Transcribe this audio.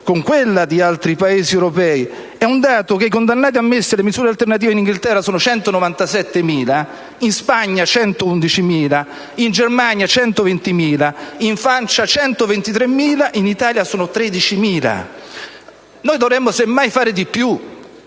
a quella di altri Paesi europei. È un dato che i condannati ammessi alle misure alternative in Inghilterra sono 197.000, in Spagna 111.000, in Germania 120.000, in Francia 123.000, mentre in Italia sono 13.000. Noi dovremmo, semmai, fare di più.